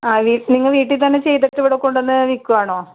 ആ വീട്ടിൽ നിങ്ങള് വീട്ടിൽ തന്നെ ചെയ്തിട്ട് ഇവിടെ കൊണ്ടുവന്ന് വിൽക്കുവാണോ